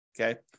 Okay